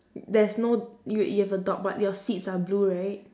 there's no you you have a dog but your seats are blue right